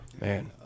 man